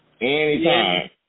Anytime